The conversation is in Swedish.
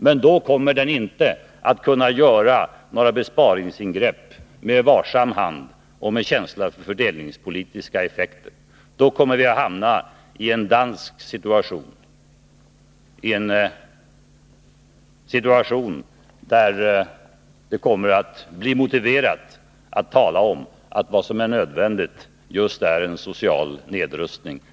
Men då kommer den inte att kunna göra några besparingsingrepp med varsam hand och med känsla för fördelningspolitiska effekter. Då kommer vi att hamna i en situation där det är motiverat att tala om social nedrustning.